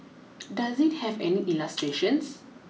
does it have any illustrations